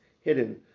hidden